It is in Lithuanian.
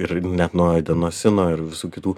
ir net nuo edinosino ir visų kitų